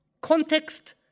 context